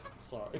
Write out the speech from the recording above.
Sorry